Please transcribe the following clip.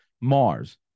Mars